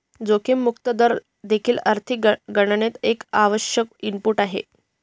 जोखीम मुक्त दर देखील आर्थिक गणनेत एक आवश्यक इनपुट आहे